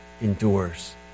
endures